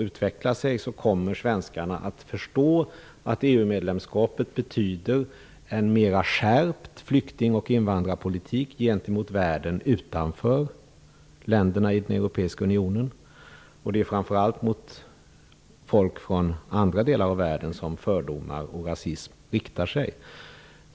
utvecklar sig kommer svenskarna att förstå att EU-medlemskapet betyder en mer skärpt flykting och invandrarpolitik gentemot världen utanför länderna i den europeiska unionen. Det är framför allt mot folk från andra delar av världen som fördomar och rasism riktar sig.